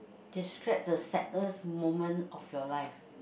describe the sadness moment of your life